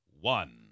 one